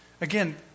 again